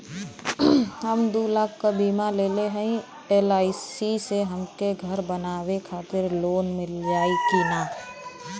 हम दूलाख क बीमा लेले हई एल.आई.सी से हमके घर बनवावे खातिर लोन मिल जाई कि ना?